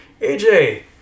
AJ